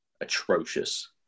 atrocious